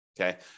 Okay